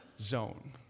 zone